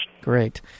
Great